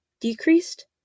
Decreased